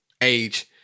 age